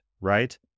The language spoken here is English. right